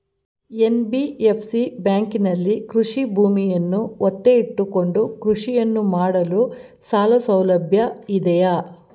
NBFC ಬ್ಯಾಂಕಿನಲ್ಲಿ ಕೃಷಿ ಭೂಮಿಯನ್ನು ಒತ್ತೆ ಇಟ್ಟುಕೊಂಡು ಕೃಷಿಯನ್ನು ಮಾಡಲು ಸಾಲಸೌಲಭ್ಯ ಇದೆಯಾ?